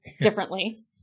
differently